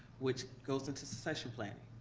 which goes into succession planning.